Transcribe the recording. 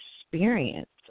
experience